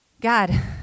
God